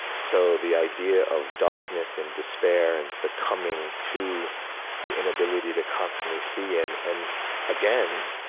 so the idea of darkness and despair and succumbing to the inability to constantly see and and again,